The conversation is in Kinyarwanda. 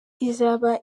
izaba